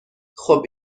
خوب